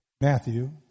Matthew